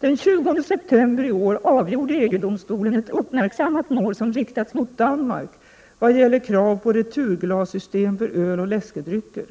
Den 20 september i år avgjorde EG-domstolen ett uppmärksammat mål som riktats mot Danmark vad gäller krav på returglassystem för öl och läskedrycker.